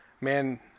Man